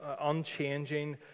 unchanging